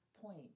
point